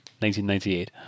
1998